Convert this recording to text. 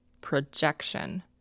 projection